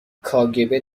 کاگب